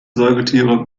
säugetiere